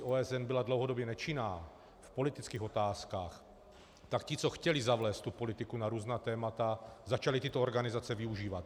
Jestli OSN byla dlouhodobě nečinná v politických otázkách, tak ti, co chtěli zavést politiku na různá témata, začali tyto organizace využívat.